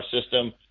system